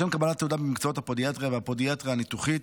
לשם קבלת תעודה במקצועות הפודיאטריה והפודיאטריה הניתוחית